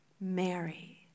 Mary